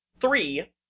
three